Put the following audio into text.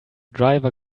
driver